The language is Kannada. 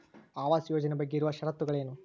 ಆವಾಸ್ ಯೋಜನೆ ಬಗ್ಗೆ ಇರುವ ಶರತ್ತುಗಳು ಏನು?